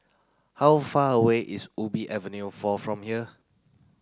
how far away is Ubi Avenue four from here